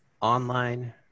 online